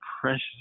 precious